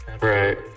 right